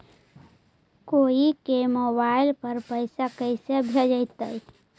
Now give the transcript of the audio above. कोई के मोबाईल पर पैसा कैसे भेजइतै?